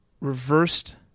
reversed